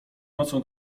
nocą